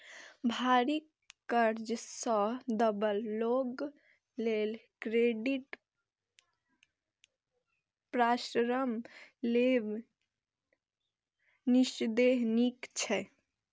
भारी कर्ज सं दबल लोक लेल क्रेडिट परामर्श लेब निस्संदेह नीक छै